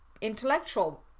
intellectual